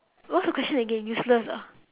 what's the question again useless ah